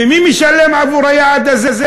ומי משלם עבור היעד הזה?